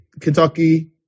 Kentucky